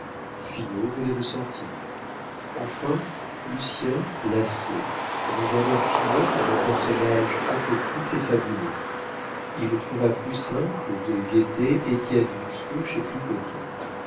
finot venait de sortir enfin lucien lassé regarda finot comme un personnage apocryphe et fabuleux il trouva plus simple de guetter